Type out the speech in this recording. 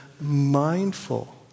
mindful